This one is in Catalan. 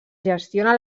gestiona